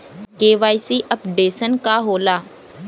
KYC updation का होला?